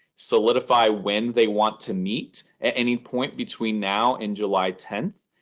solidify when they want to meet at any point between now and july tenth.